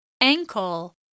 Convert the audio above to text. Ankle